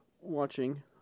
watching